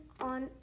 on